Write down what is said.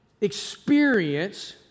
experience